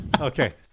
Okay